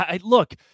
look